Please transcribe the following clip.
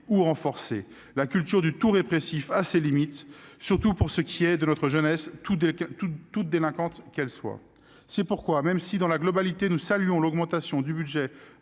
ou renforcés. La culture du tout-répressif a ses limites, surtout pour ce qui est de notre jeunesse, même lorsqu'elle est délinquante. C'est pourquoi, même si, dans son ensemble, nous saluons l'augmentation du budget